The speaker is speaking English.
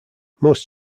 most